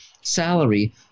salary